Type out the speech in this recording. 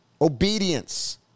Obedience